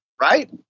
Right